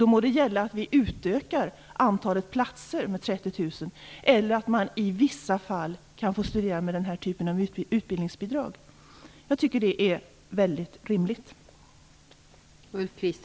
Då må det gälla att vi utökar antalet platser med 30 000 eller att man i vissa fall kan få studera med den här typen av utbildningsbidrag. Jag tycker att det är väldigt rimligt.